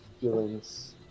feelings